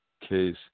case